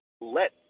let